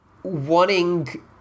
wanting